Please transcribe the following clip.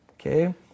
Okay